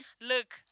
Look